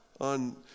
on